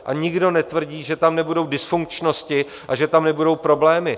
A nikdo netvrdí, že tam nebudou dysfunkčnosti a že tam nebudou problémy.